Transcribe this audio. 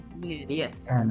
Yes